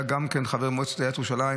שהיה גם חבר מועצת עיריית ירושלים,